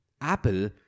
Apple